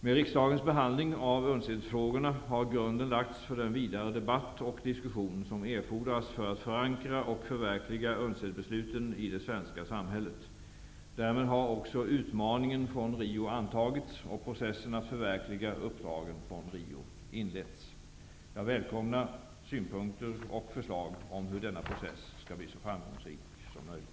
Med riksdagens behandling av UNCED-frågorna har grunden lagts för den vidare debatt och diskussion som erfordras för att förankra och förverkliga UNCED-besluten i det svenska samhället. Därmed har också utmaningen från Rio antagits och processen att förverkliga uppdragen från Rio inletts. Jag välkomnar synpunkter och förslag om hur denna process skall bli så framgångsrik som möjligt.